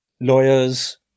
lawyers